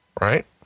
Right